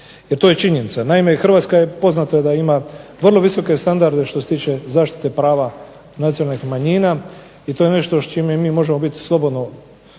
jer to je činjenica. Naime, Hrvatska je poznato je da ima vrlo visoke standarde što se tiče zaštite prava nacionalnih manjina i to je nešto s čime mi možemo biti slobodno